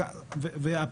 בכלכלו.